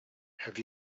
have